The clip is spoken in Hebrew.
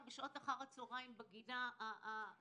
בשעות אחר הצוהריים בגינה השכונתית.